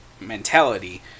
mentality